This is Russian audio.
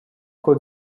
кот